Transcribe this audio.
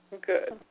Good